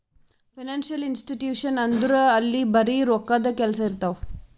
financial institution ಅಂದುರ್ ಅಲ್ಲಿ ಬರೆ ರೋಕ್ಕಾದೆ ಕೆಲ್ಸಾ ಇರ್ತಾವ